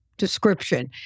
Description